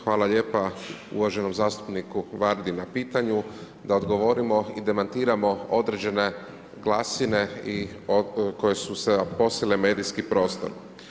Hvala lijepa uvaženom zastupniku Vardi na pitanju da odgovorimo i demantiramo određene glasine koje su se … u medijski prostor.